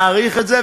מעריך את זה,